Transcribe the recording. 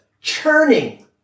churning